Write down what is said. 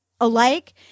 alike